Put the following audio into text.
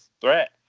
threat